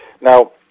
Now